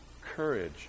courage